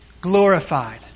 glorified